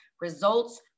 results